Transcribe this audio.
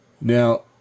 Now